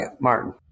Martin